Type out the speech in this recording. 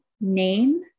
name